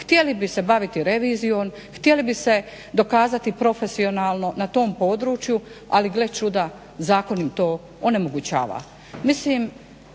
htjeli bi se baviti revizijom, htjeli bi se dokazati profesionalno na tom području ali gle čuda zakon im to onemogućava.